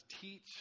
teach